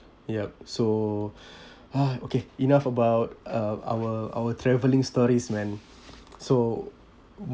yup so ha okay enough about uh our our travelling stories man so